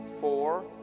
four